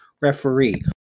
referee